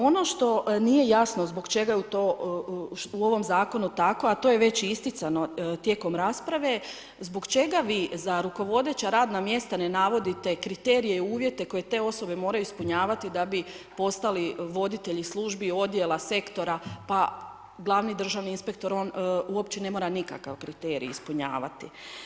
Ono što nije jasno zbog čega je to u ovom zakonu tako a to je već isticano tijekom rasprave, zbog čega vi za rukovodeća radna mjesta ne navodite kriterije i uvjete koje te osobe moraju ispunjavati da bi postali voditelji službi, odjela, sektora pa glavni državni inspektor, on uopće ne mora nikakav kriterij ispunjavati.